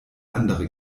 andere